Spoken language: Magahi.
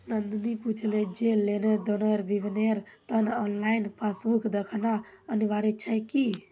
नंदनी पूछले जे लेन देनेर विवरनेर त न ऑनलाइन पासबुक दखना अनिवार्य छेक की